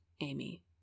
Amy